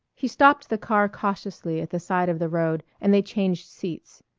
he stopped the car cautiously at the side of the road and they changed seats.